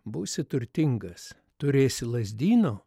būsi turtingas turėsi lazdyno